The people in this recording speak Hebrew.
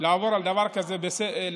לעבור על דבר כזה לסדר-היום.